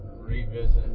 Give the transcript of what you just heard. revisit